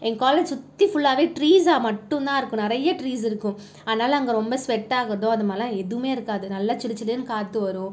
என் college சுற்றி ஃபுல்லாகவே ட்ரீஸா மட்டும் தான் இருக்கணும் நிறைய ட்ரீஸ் இருக்கும் அதனால் அங்கே ரொம்ப ஸ்வெட் ஆகிறது அது மாதிரிலா எதுவுமே இருக்காது நல்ல சிலுசிலுன்னு காற்று வரும்